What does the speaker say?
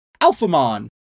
Alphamon